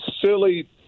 silly